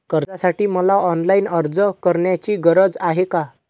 कर्जासाठी मला ऑनलाईन अर्ज करण्याची गरज आहे का?